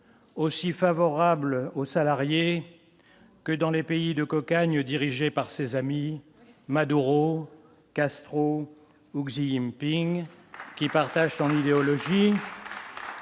aussi favorables aux salariés que dans les pays de cocagne dirigée par ses amis Maduro Castro Guillaume Ping qui partagent son idéologie.